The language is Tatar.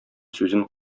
сүзен